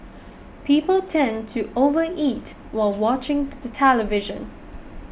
people tend to overeat while watching the television